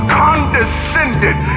condescended